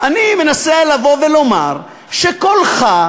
אני מנסה לבוא ולומר שקולך,